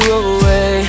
away